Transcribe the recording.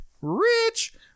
rich